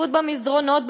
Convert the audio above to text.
הצפיפות במסדרונות,